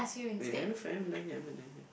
wait havehaven't find I'm not done yet I'm not done yet